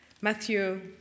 Matthew